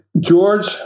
George